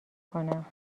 کنم